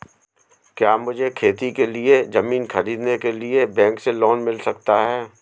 क्या मुझे खेती के लिए ज़मीन खरीदने के लिए बैंक से लोन मिल सकता है?